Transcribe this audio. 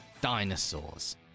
dinosaurs